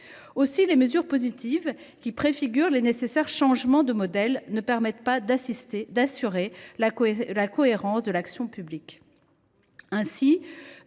Aussi les mesures positives qui préfigurent les nécessaires changements de modèles ne permettent elles pas d’assurer la cohérence de l’action publique.